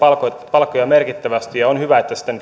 palkkoja merkittävästi ja on hyvä että sitä nyt